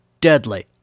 deadly